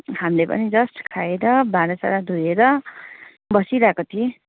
हामीले पनि जस्ट खाएर भाँडा साँडा धोएर बसिरहेको थिएँ